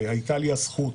הייתה לי הזכות,